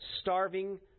starving